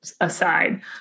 aside